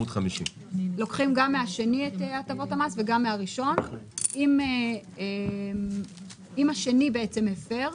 לוקחים גם מהשני את הטבות המס וגם מהראשון אם השלישי הפר,